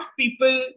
people